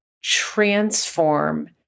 transform